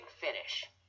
finish